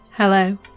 Hello